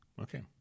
Okay